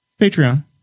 Patreon